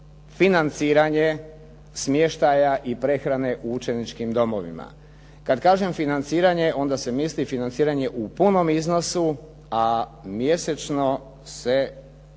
financiranje smještaja i prehrane u učeničkim domovima. Kad kažem financiranje onda se misli financiranje u punom iznosu, a mjesečni